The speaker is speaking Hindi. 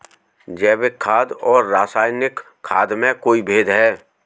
जैविक खाद और रासायनिक खाद में कोई भेद है?